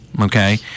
Okay